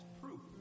proof